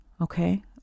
Okay